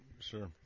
Sure